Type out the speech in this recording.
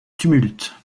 tumulte